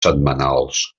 setmanals